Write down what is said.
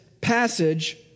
passage